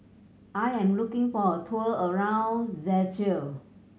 I am looking for a tour around Czechia